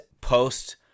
post